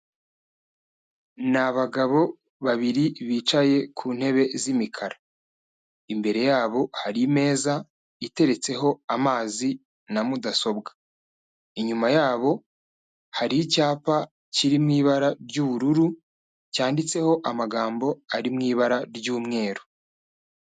Ni abagabo babiri bicaye ku ntebe z'imikara, imbere yabo hari meza iteretseho amazi na mudasobwa inyuma yabo hari icyapa kiririmo ibara ry'ubururu, cyanditseho amagambo ari mu ibara ry'umweru